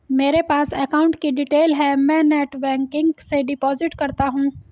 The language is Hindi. मेरे पास अकाउंट की डिटेल है मैं नेटबैंकिंग से डिपॉजिट करता हूं